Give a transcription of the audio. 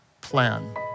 plan